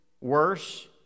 worse